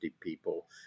people